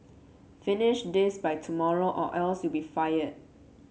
finish this by tomorrow or else you'll be fired